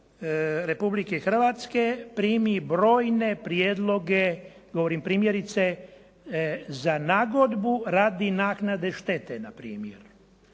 Republike Hrvatske primi brojne prijedloge govorim primjerice, za nagodbu radi naknade štete npr.